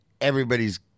everybody's